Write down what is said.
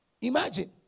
Imagine